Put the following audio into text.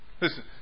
Listen